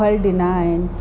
फ़ल ॾिना आहिनि